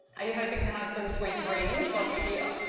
are you hoping to have some sweet dreams while you're here?